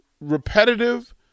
repetitive